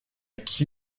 qui